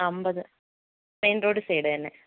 അൻപത് main road side തന്നെ